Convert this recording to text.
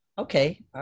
Okay